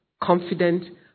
confident